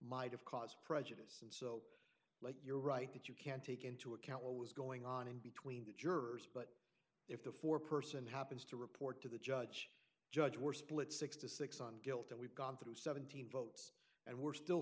might have caused prejudice like you're right that you can't take into account what was going on in between the jurors but if the four person happens to report to the judge judge we're split six to six on guilt and we've gone through seventeen votes and we're still